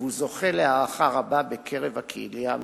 והוא זוכה להערכה רבה בקרב הקהילה המשפטית.